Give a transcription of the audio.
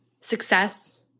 Success